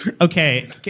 Okay